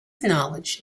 knowledge